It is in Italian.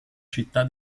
città